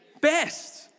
best